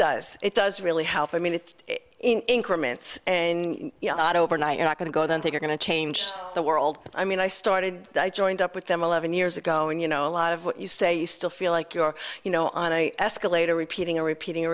does it does really help i mean it's in increment and overnight you're not going to go then things are going to change the world i mean i started i joined up with them eleven years ago and you know a lot of what you say you still feel like you're you know on i ask a later repeating and repeating